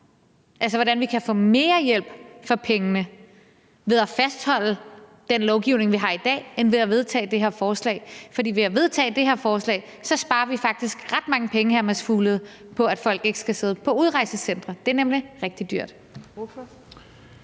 altså hvordan vi kan få mere hjælp for pengene ved at fastholde den lovgivning, vi har i dag, end ved at vedtage det her forslag. For ved at vedtage det her forslag sparer vi faktisk ret mange penge, hr. Mads Fuglede, på, at folk ikke skal sidde på udrejsecentre. Det er nemlig rigtig dyrt.